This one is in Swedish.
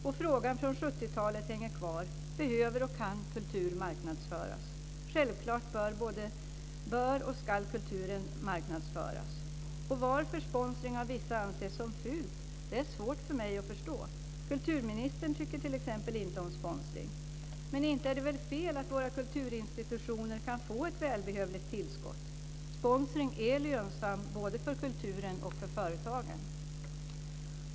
Och frågan från 70-talet hänger kvar: Behöver och kan kultur marknadsföras? Självklart bör och ska kulturen marknadsföras. Och varför sponsring av vissa anses som fult är svårt för mig att förstå. Exempelvis tycker inte kulturministern om sponsring. Men inte är det väl fel att våra kulturinstitutioner kan få ett välbehövligt tillskott. Sponsring är lönsam både för kulturen och för företagen.